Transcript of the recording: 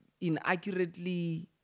inaccurately